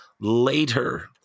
later